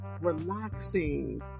relaxing